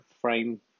frame